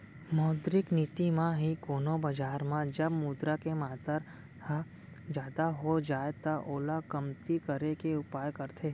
मौद्रिक नीति म ही कोनो बजार म जब मुद्रा के मातर ह जादा हो जाय त ओला कमती करे के उपाय करथे